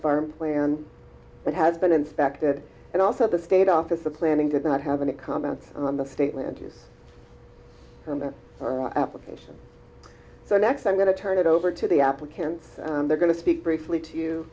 farm plan that has been inspected and also the state office of planning to not have any comments on the state land use on their application so next i'm going to turn it over to the applicants they're going to speak briefly to you